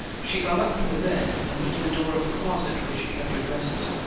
she got up from the bed and went to the door of the closet where she kept her dresses.